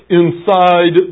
inside